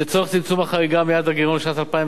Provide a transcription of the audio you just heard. לצורך צמצום החריגה מיעד הגירעון בשנת 2012